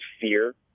fear